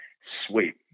sweet